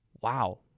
wow